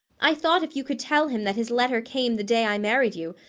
i thought if you could tell him that his letter came the day i married you,